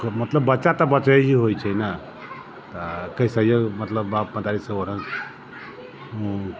एकर मतलब बच्चा तऽ बच्चे ही होइत छै ने तऽ कैसयो मतलब बाप महतारीसभ